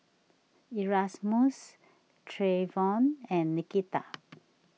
Erasmus Treyvon and Nikita